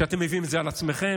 שאתם מביאים את זה על עצמכם,